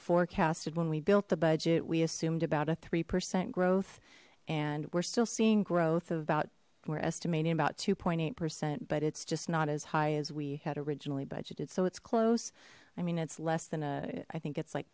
forecasted when we built the budget we assumed about a three percent growth and we're still seeing growth of about we're estimating about two eight percent but it's just not as high as we had originally budgeted so it's close i mean it's less than i think it's like